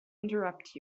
interrupt